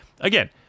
again